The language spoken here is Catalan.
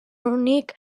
únic